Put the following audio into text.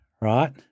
Right